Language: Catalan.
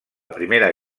primera